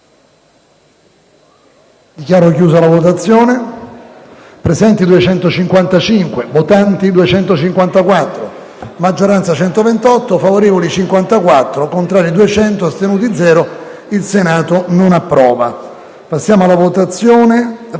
Dichiaro aperta la votazione.